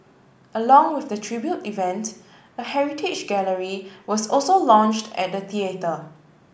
along with the tribute event a heritage gallery was also launched at the theatre